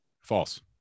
False